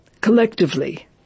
collectively